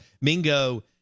Mingo